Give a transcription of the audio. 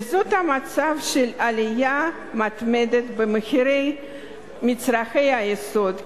וזאת במצב של עלייה מתמדת במחירי מצרכי היסוד,